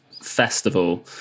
festival